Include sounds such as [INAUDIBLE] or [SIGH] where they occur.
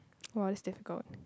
[NOISE] !wah! this is difficult